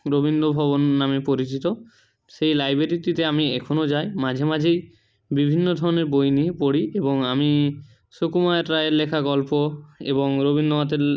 রবীন্দ্রভবন নামে পরিচিত সেই লাইব্রেরিটিতে আমি এখনও যাই মাঝে মাঝেই বিভিন্ন ধরনের বই নিয়ে পড়ি এবং আমি সুকুমার রায়ের লেখা গল্প এবং রবীন্দ্রনাথের